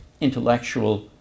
intellectual